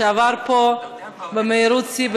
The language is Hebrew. שעבר פה במהירות שיא,